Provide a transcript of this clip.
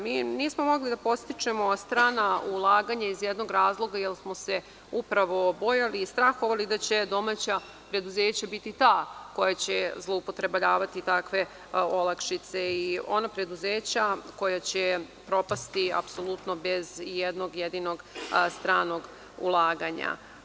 Mi nismo mogli da podstičemo strana ulaganja iz jednog razloga jer smo se upravo bojali i strahovali da će domaća preduzeća biti ta koja će zloupotrebljavatitakve olakšice i ona preduzeća koja će propasti apsolutno bez ijednog jedinog stranog ulaganja.